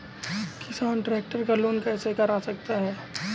किसान ट्रैक्टर का लोन कैसे करा सकता है?